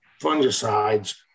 fungicides